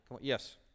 Yes